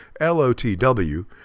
LOTW